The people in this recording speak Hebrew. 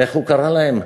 איך הוא קרא להם?